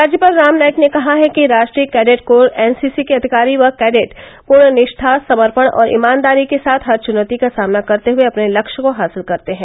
राज्यपाल राम नाईक ने कहा है कि राष्ट्रीय कैडेट कोर एनसीसी के अधिकारी व कैडेट पूर्ण निष्ठा समर्पण और ईमानदारी के साथ हर चुनौती का सामना करते हुये अपने लक्ष्य को हासिल करते हैं